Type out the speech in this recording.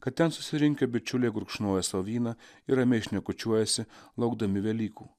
kad ten susirinkę bičiuliai gurkšnoja sau vyną ir ramiai šnekučiuojasi laukdami velykų